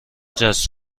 جست